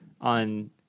on